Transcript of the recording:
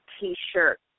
T-shirt